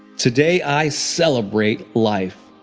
today, i celebrate life.